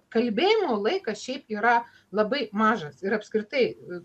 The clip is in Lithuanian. kalbėjimo laikas šiaip yra labai mažas ir apskritai